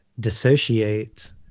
dissociate